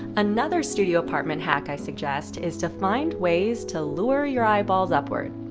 another studio apartment hack i suggest is to find ways to lure your eyeballs upward.